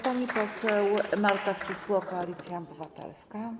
Pani poseł Marta Wcisło, Koalicja Obywatelska.